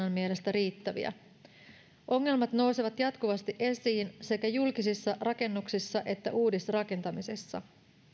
mielestä riittäviä ongelmat nousevat jatkuvasti esiin sekä julkisissa rakennuksissa että uudisrakentamisessa